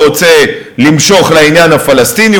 רוצה למשוך לעניין הפלסטיני.